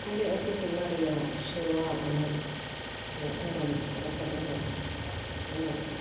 ᱟᱞᱮ ᱟᱹᱛᱩ ᱴᱚᱞᱟ ᱨᱮᱱᱟᱜ ᱥᱮᱨᱣᱟ ᱮᱱᱮᱡ ᱨᱮᱱᱟᱜ ᱫᱷᱚᱨᱚᱢ ᱨᱟᱠᱷᱟ ᱫᱚᱦᱚ ᱩᱱᱟᱹᱜ